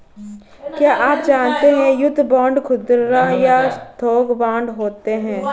क्या आप जानते है युद्ध बांड खुदरा या थोक बांड होते है?